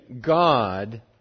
God